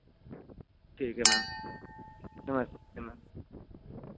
ठीक है मैम नमस्ते मैम